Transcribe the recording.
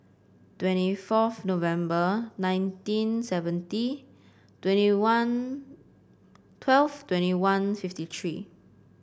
twenty fourth November nineteen seventy twenty one twelve twenty one fifty three